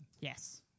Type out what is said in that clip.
Yes